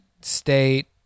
state